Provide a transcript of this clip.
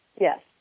Yes